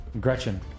Gretchen